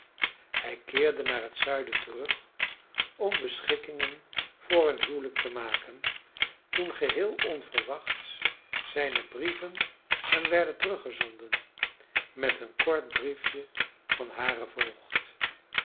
hij keerde naar het zuiden terug om beschikkingen voor hun huwelijk te maken toen geheel onverwachts zijne brieven hem werden teruggezonden met een kort briefje van haren voogd